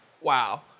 wow